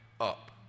up